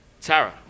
Tara